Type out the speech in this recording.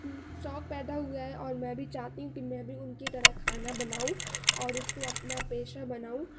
شوق پیدا ہوا ہے اور میں بھی چاہتی ہوں کہ میں بھی ان کی طرح کھانا بناؤں اور اس کو اپنا پیشہ بناؤں